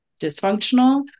dysfunctional